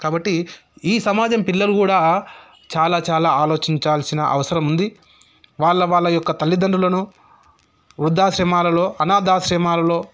కాబట్టి ఈ సమాజం పిల్లలు కూడా చాలా చాలా ఆలోచించాల్సిన అవసరం ఉంది వాళ్ళ వాళ్ళ యొక్క తల్లిదండ్రులను వృద్ధాశ్రమాలలో అనాధాశ్రమాలలో